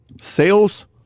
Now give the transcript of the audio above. sales